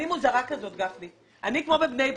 אני מוזרה ואני כמו בבני ברק.